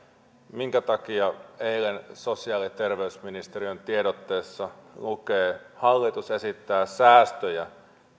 minkä takia eilen sosiaali ja terveysministeriön tiedotteessa lukee hallitus esittää säästöjä